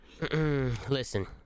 listen